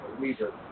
leader